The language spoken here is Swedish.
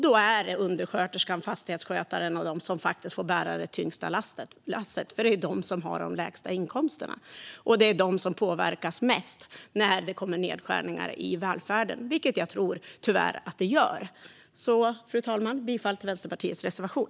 Då är det undersköterskan, fastighetsskötaren och de andra som får bära det tyngsta lasset. Det är de som har de lägsta inkomsterna. Det är de som påverkas mest när det kommer nedskärningar i välfärden, vilket jag tror att det tyvärr gör. Fru talman! Jag yrkar bifall till Vänsterpartiets reservation.